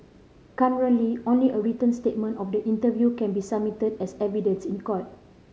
currently only a written statement of the interview can be submitted as evidence in court